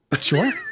Sure